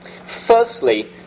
Firstly